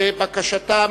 אנחנו עוברים לדרישתם